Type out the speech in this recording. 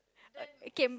can